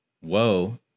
whoa